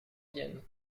vienne